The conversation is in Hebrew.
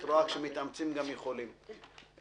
את רואה, כשמתאמצים גם יכולים ...